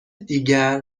دیگر